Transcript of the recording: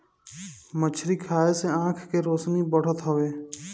मछरी खाए से आँख के रौशनी बढ़त हवे